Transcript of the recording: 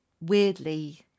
weirdly